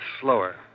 slower